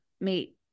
meet